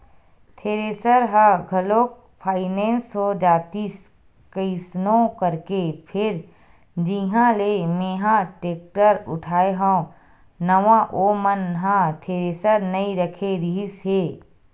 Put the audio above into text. thresher ह घलोक finance हो जातिस कइसनो करके फेर जिहाँ ले मेंहा टेक्टर उठाय हव नवा ओ मन ह थेरेसर नइ रखे रिहिस हे